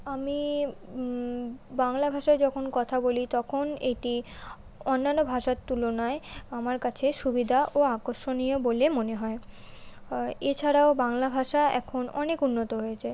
আমি বাংলা ভাষায় যখন কথা বলি তখন এটি অন্যান্য ভাষার তুলনায় আমার কাছে সুবিধা ও আকর্ষণীয় বলে মনে হয় এছাড়াও বাংলা ভাষা এখন অনেক উন্নত হয়েছে